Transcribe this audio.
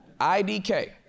IDK